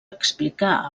explicar